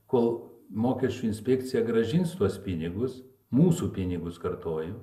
kol mokesčių inspekcija grąžins tuos pinigus mūsų pinigus kartoju